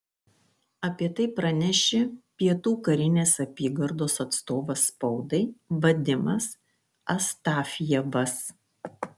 apie tai pranešė pietų karinės apygardos atstovas spaudai vadimas astafjevas